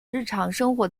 日常生活